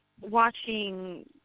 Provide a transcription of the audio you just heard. watching